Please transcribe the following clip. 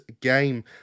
game